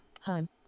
home